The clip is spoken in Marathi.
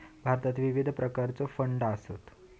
भारतात विविध प्रकारचो फंड आसत